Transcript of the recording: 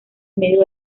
medio